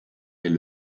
est